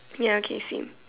ya okay same